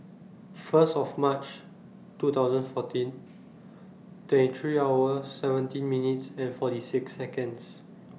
First of March two thousand fourteen twenty three hours seventeen minutes and forty six Seconds